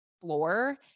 floor